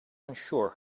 unsure